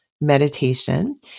meditation